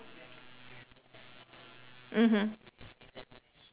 mmhmm